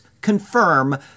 confirm